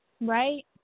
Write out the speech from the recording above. Right